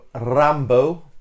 Rambo